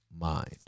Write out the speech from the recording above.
mind